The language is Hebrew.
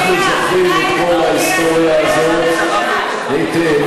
אנחנו זוכרים את כל ההיסטוריה הזאת היטב,